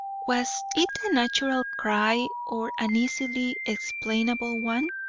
was it a natural cry or an easily explainable one?